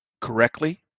correctly